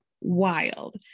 Wild